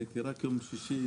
כבוד היושב ראש,